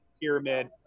pyramid